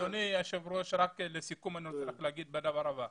סגן השר לביטחון הפנים דסטה